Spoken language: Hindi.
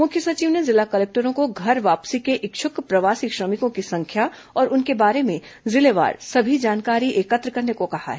मुख्य सचिव ने जिला कलेक्टरों को घर वापसी के इच्छक प्रवासी श्रमिकों की संख्या और उनके बारे में जिलेवार सभी जानकारी एकत्र करने को कहा है